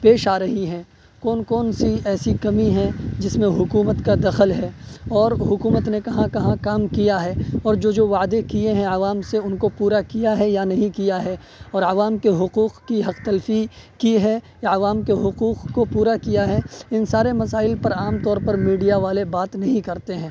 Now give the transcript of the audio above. پیش آ رہی ہیں کون کون سی ایسی کمی ہے جس میں حکومت کا دخل ہے اور حکومت نے کہاں کہاں کام کیا ہے اور جو جو وعدے کیے ہیں عوام سے ان کو پورا کیا ہے یا نہیں کیا ہے اور عوام کے حقوق کی حق تلفی کی ہے یا عوام کے حقوق کو پورا کیا ہے ان سارے مسائل پر عام طور پر میڈیا والے بات نہیں کرتے ہیں